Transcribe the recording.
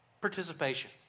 participation